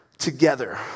together